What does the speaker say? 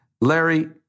Larry